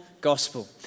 gospel